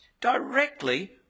directly